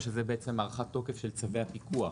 שזה הארכת תוקף של צווי הפיקוח.